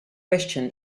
question